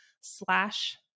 slash